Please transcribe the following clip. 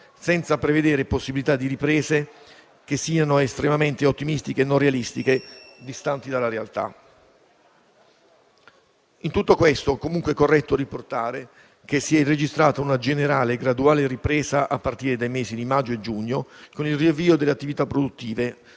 senza prevedere possibilità di riprese che siano estremamente ottimistiche e non realistiche, distanti dalla realtà. In tutto questo, comunque, è corretto riportare che si è registrata una generale e graduale ripresa, a partire dai mesi di maggio e giugno, con il riavvio delle attività produttive,